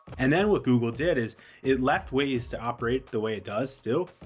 and then what google did is it left ways to operate the way it does still,